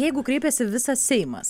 jeigu kreipiasi visas seimas